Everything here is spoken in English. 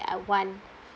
that I want